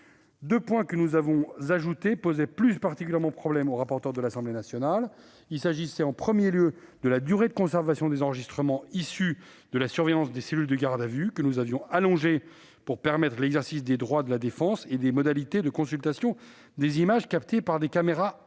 Deux points que nous avons ajoutés posaient plus particulièrement problème aux rapporteurs pour l'Assemblée nationale. Il s'agissait notamment de la durée de conservation des enregistrements issus de la surveillance des cellules de garde à vue, que nous avions allongée pour permettre l'exercice des droits de la défense, et des modalités de consultation des images captées par des caméras aéroportées.